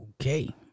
Okay